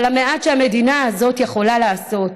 אבל המעט שהמדינה הזאת יכולה לעשות,